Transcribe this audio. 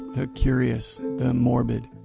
the curious, the morbid,